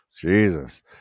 Jesus